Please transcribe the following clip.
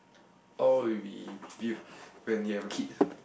or you will be review when you have a kid